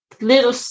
little